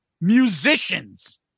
musicians